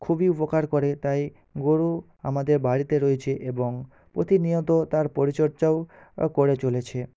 খুবই উপকার করে তাই গরু আমাদের বাড়িতে রয়েছে এবং প্রতিনিয়ত তার পরিচর্চাও করে চলেছে